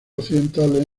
occidentales